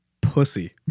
Pussy